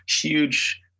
huge